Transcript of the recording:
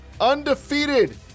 undefeated